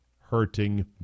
hurting